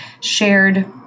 shared